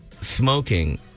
smoking